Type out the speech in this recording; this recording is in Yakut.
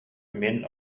мин